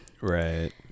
Right